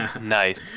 Nice